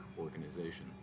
organization